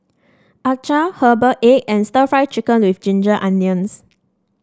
acar Herbal Egg and stir Fry Chicken with Ginger Onions